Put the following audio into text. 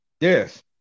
Yes